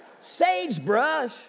Sagebrush